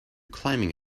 climbing